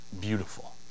beautiful